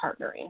partnering